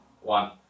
one